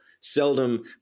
seldom